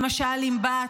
למשל, אם באת,